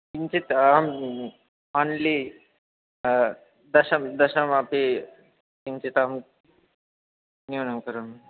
किञ्चित् अहम् ओन्लि दश दश अपि किञ्चित् अहं न्यूनं करोमि